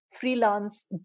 freelance